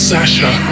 Sasha